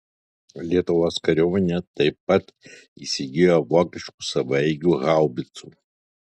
lietuvos kariuomenė taip pat įsigijo vokiškų savaeigių haubicų